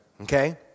okay